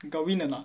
got win or not